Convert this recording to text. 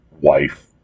wife